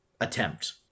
attempt